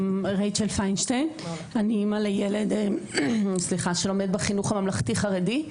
רויטל.) אני אימא לילד שלומד בחינוך הממלכתי החרדי,